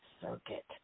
circuit